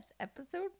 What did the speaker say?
Episode